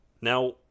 Now